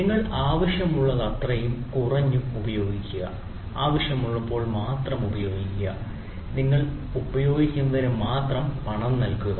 നിങ്ങൾ ആവശ്യമുള്ളത്രയും കുറഞ്ഞതും ഉപയോഗിക്കുക ആവശ്യമുള്ളപ്പോൾ മാത്രം ഉപയോഗിക്കുക നിങ്ങൾ ഉപയോഗിക്കുന്നതിന് മാത്രം പണം നൽകുക